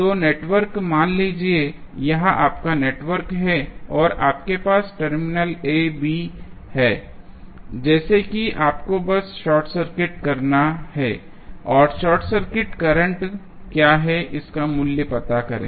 तो नेटवर्क मान लीजिए यह आपका नेटवर्क है और आपके पास टर्मिनल a b है जैसे कि आपको बस शॉर्ट सर्किट करना है और शॉर्ट सर्किट करंट क्या है इसका मूल्य पता करें